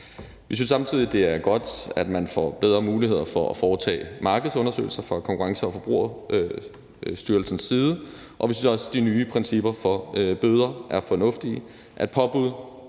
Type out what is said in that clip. Vi synes samtidig, det er godt, at man får bedre muligheder for at foretage markedsundersøgelser fra Konkurrence- og Forbrugerstyrelsens side, og vi synes også, at de nye principper for bøder er fornuftige.